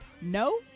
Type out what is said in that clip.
No